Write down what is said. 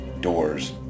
doors